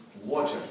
water